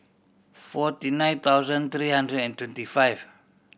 forty nine thousand three hundred and twenty five